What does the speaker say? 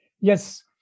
Yes